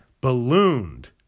ballooned